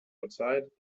outside